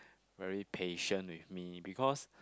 very patient with me because